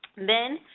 then,